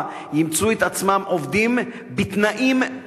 ימצאו את עצמם עובדים בתנאים-לא-תנאים.